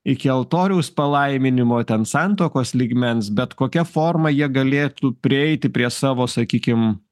iki altoriaus palaiminimo ten santuokos lygmens bet kokia forma jie galėtų prieiti prie savo sakykim